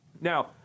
Now